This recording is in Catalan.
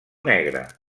negre